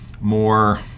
more